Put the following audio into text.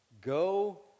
Go